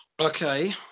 Okay